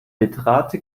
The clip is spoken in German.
bitrate